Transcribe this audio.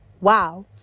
Wow